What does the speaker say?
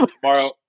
tomorrow